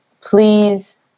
Please